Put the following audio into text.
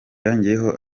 yongeyeho